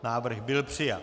Návrh byl přijat.